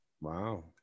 Wow